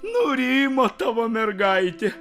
nurimo tavo mergaitė